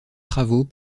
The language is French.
travaux